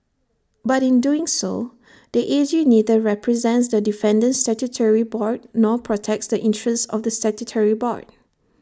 but in doing so the A G neither represents the defendant statutory board nor protects the interests of the statutory board